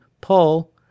Paul